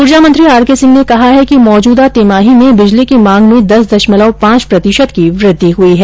ऊर्जा मंत्री R K Singh ने कहा है कि मौजूदा तिमाही में बिजली की मांग में दस दशमलव पांच प्रतिशत की वृद्धि हई है